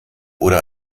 oder